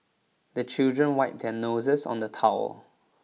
the children wipe their noses on the towel